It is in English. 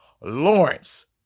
Lawrence